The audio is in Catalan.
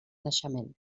naixement